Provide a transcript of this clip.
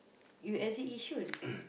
you exit Yishun